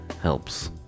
helps